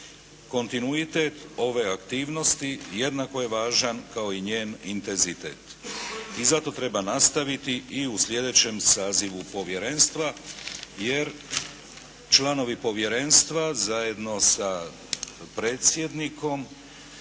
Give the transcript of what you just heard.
Kontinuitet ove aktivnosti jednako je važan kao i njen intenzitet i zato treba nastaviti i u sljedećem sazivu povjerenstva, jer članovi povjerenstva zajedno sa predsjednikom